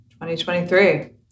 2023